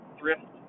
thrift